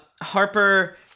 Harper